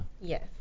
Yes